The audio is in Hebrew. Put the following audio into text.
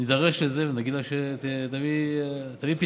נידרש לזה ונגיד לה שתביא פתרונות.